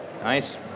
Nice